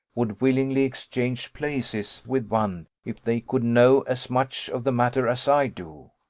would willingly exchange places with one, if they could know as much of the matter as i do.